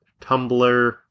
Tumblr